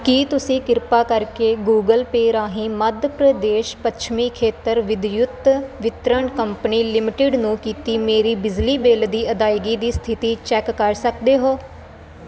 ਕੀ ਤੁਸੀਂ ਕਿਰਪਾ ਕਰਕੇ ਗੂਗਲ ਪੇਅ ਰਾਹੀਂ ਮੱਧ ਪ੍ਰਦੇਸ਼ ਪੱਛਮੀ ਖੇਤਰ ਵਿਦਯੁਤ ਵਿਤਰਨ ਕੰਪਨੀ ਲਿਮਟਿਡ ਨੂੰ ਕੀਤੀ ਮੇਰੀ ਬਿਜਲੀ ਬਿੱਲ ਦੀ ਅਦਾਇਗੀ ਦੀ ਸਥਿਤੀ ਚੈਕ ਕਰ ਸਕਦੇ ਹੋ